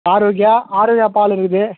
ஆரோக்யா ஆரோக்யா பால் இருக்குது